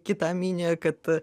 kitą mini kad